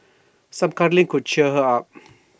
some cuddling could cheer her up